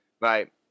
right